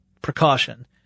precaution